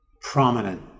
prominent